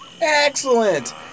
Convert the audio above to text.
Excellent